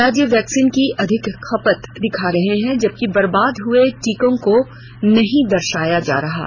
राज्य वैक्सीन की अधिक खपत दिखा रहे हैं जबकि बर्बाद हए टीकों को नहीं दर्शाया जा रहा है